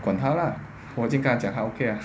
管她 lah 我已经跟她讲她 okay ah